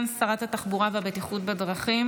סגן שרת התחבורה והבטיחות בדרכים.